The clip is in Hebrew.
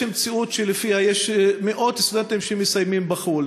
יש מציאות שבה יש מאות סטודנטים שמסיימים בחו"ל,